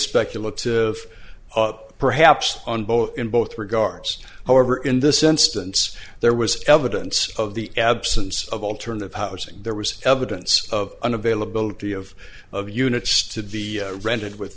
speculative perhaps on both in both regards however in this instance there was evidence of the absence of alternative housing there was evidence of an availability of of units to be rented with